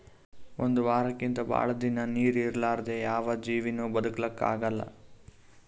ಒಂದ್ ವಾರಕ್ಕಿಂತ್ ಭಾಳ್ ದಿನಾ ನೀರ್ ಇರಲಾರ್ದೆ ಯಾವ್ ಜೀವಿನೂ ಬದಕಲಕ್ಕ್ ಆಗಲ್ಲಾ